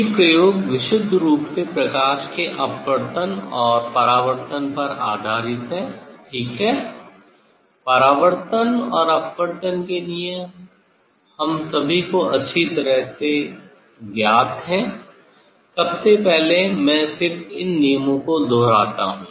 ये प्रयोग विशुद्ध रूप से प्रकाश के अपवर्तन और परावर्तन पर आधारित है ठीक है परावर्तन और अपवर्तन के नियम हम सभी को अच्छी तरह से ज्ञात हैं सबसे पहले मैं सिर्फ इन नियमों को दोहराता हूं